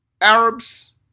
Arabs